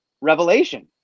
revelation